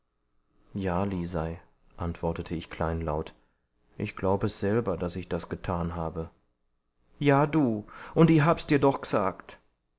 ja lisei antwortete ich kleinlaut ich glaub es selber daß ich das getan habe ja du und i hab dir's doch g'sagt